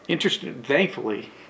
thankfully